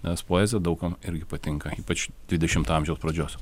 nes poezija daug kam irgi patinka ypač dvidešimto amžiaus pradžios